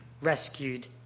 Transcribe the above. rescued